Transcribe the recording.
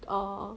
err